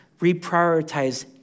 Reprioritize